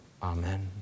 Amen